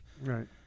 Right